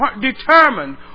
determined